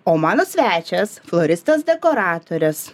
o mano svečias floristas dekoratores